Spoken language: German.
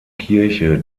kirche